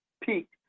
peaked